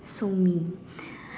so mean